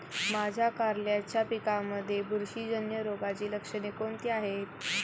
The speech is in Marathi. माझ्या कारल्याच्या पिकामध्ये बुरशीजन्य रोगाची लक्षणे कोणती आहेत?